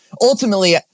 ultimately